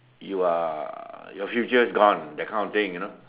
you are your future is gone that kind of thing you know